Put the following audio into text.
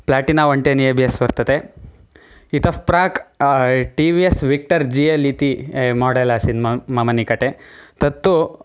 Platina one ten A B S वर्तते इतः प्राक् T V S Victor G L इति मोडेल् आसीत् म मम निकटे तत्तु